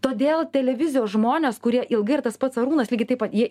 todėl televizijos žmonės kurie ilgai ir tas pats arūnas lygiai taip pat jie